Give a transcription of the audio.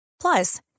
Plus